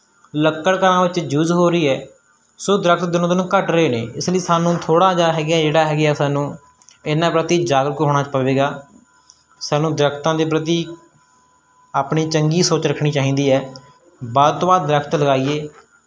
ਲੱਕੜ ਘਰਾਂ ਵਿੱਚ ਯੂਜ ਹੋ ਰਹੀ ਹੈ ਸੋ ਦਰਖਤ ਦਿਨੋਂ ਦਿਨ ਘੱਟ ਰਹੇ ਨੇ ਇਸ ਲਈ ਸਾਨੂੰ ਥੋੜ੍ਹਾ ਜਿਹਾ ਹੈਗਾ ਜਿਹੜਾ ਹੈਗਾ ਸਾਨੂੰ ਇਹਨਾਂ ਪ੍ਰਤੀ ਜਾਗਰੂਕ ਹੋਣਾ ਪਵੇਗਾ ਸਾਨੂੰ ਦਰਖਤਾਂ ਦੇ ਪ੍ਰਤੀ ਆਪਣੀ ਚੰਗੀ ਸੋਚ ਰੱਖਣੀ ਚਾਹੀਦੀ ਹੈ ਵੱਧ ਤੋਂ ਵੱਧ ਦਰਖਤ ਲਗਾਈਏ